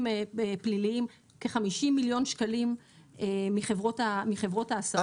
פליליים כ-50 מיליון שקלים מחברות ההסעות,